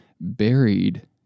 buried